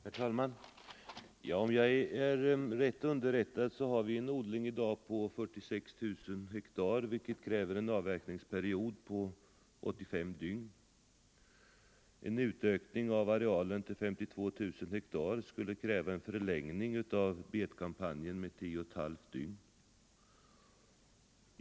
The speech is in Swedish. Herr talman! Om jag är riktigt underrättad har vi i dag en sockerbetsodling på 46 000 hektar, vilket kräver en avverkningsperiod på 85 dygn. En utökning av arealen till 52 000 hektar skulle kräva en förlängning av betkampanjen med tio och ett halvt dygn.